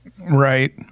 Right